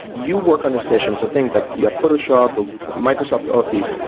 you work on a session. so think like, you have photoshop or microsoft office,